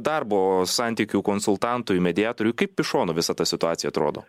darbo santykių konsultantui mediatoriui kaip iš šono visa ta situacija atrodo